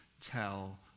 tell